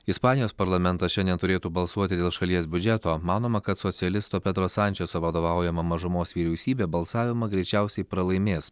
ispanijos parlamentas šiandien turėtų balsuoti dėl šalies biudžeto manoma kad socialisto pedro sančeso vadovaujama mažumos vyriausybė balsavimą greičiausiai pralaimės